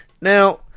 Now